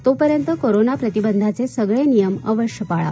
तोपर्यंत कोरोना प्रतिबंधाचे सगळे नियम अवश्य पाळा